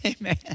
Amen